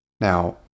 Now